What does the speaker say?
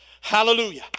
hallelujah